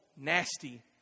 Nasty